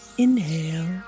Inhale